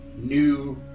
new